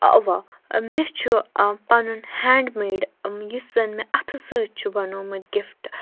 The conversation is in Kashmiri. اَوا مےٚ چھُ پَنُن ہینٛڈ میڈ یُس زَن مےٚ اَتھٕ سۭتۍ چھُ بَنومُت گِفٹ